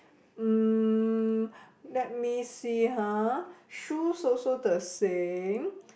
mm let me see ha shoes also the same